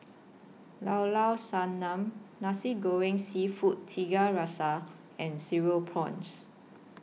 Llao Llao Sanum Nasi Goreng Seafood Tiga Rasa and Cereal Prawns